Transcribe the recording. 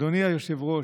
אדוני היושב-ראש,